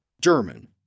German